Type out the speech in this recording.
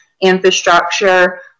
infrastructure